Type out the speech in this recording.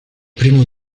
primo